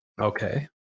okay